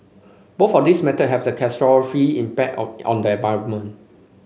both of these methods have a catastrophic impact on on the environment